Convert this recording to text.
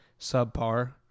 subpar